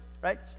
Right